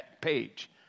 page